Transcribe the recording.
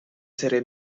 serie